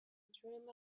dream